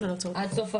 עד סוף המושב?